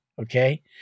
okay